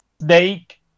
snake